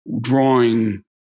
drawing